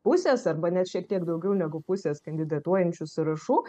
pusės arba net šiek tiek daugiau negu pusės kandidatuojančių sąrašų